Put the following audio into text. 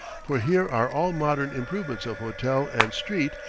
for here are all modern improvements of hotel and street,